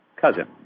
cousin